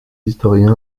historiens